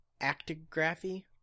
actigraphy